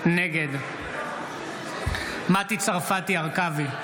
נגד מטי צרפתי הרכבי,